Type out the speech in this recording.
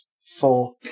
four